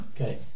Okay